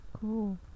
Cool